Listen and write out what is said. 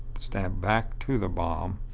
standing back to the bomb